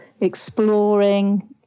exploring